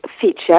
feature